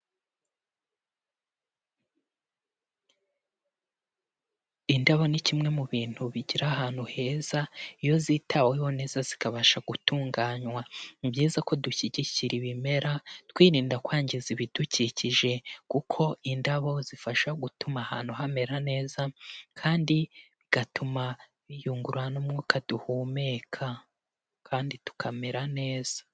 Indabo ni kimwe mu bintu bigira ahantu heza, iyo zitaweho neza zikabasha gutunganywa, ni byiza ko dushyigikira ibimera twirinda kwangiza ibidukikije kuko indabo zifasha gutuma ahantu hamera neza kandi bigatuma biyungura n'umwuka duhumeka kandi tukamera neza.